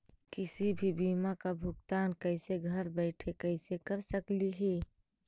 किसी भी बीमा का भुगतान कैसे घर बैठे कैसे कर स्कली ही?